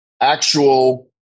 actual